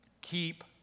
Keep